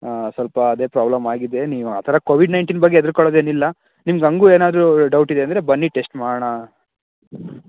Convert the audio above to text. ಹಾಂ ಸ್ವಲ್ಪ ಅದೇ ಪ್ರಾಬ್ಲಮ್ ಆಗಿದೆ ನೀವು ಆ ಥರ ಕೋವಿಡ್ ನೈನ್ಟೀನ್ ಬಗ್ಗೆ ಹೆದ್ರಿಕೊಳ್ಳೋದೇನಿಲ್ಲ ನಿಮ್ಗೆ ಹಾಗೂ ಏನಾದರೂ ಡೌಟಿದೆ ಅಂದರೆ ಬನ್ನಿ ಟೆಸ್ಟ್ ಮಾಡೋಣ